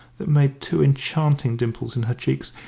that made two enchanting dimples in her cheeks,